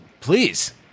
Please